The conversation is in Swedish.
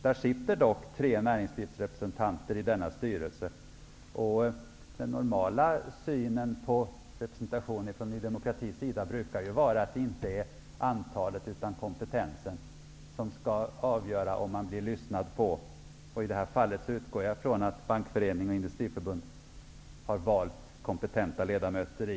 Det sitter dock tre näringslivsrepresentanter i denna styrelse. Ny demokratis normala syn på representation går ju ut på att det inte är antalet utan kompetensen som skall avgöra om någon lyssnar på en. Jag utgår ifrån att Bankföreningen och Industriförbundet har valt kompetenta ledamöter i